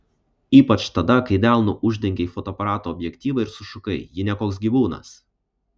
ypač tada kai delnu uždengei fotoaparato objektyvą ir sušukai ji ne koks gyvūnas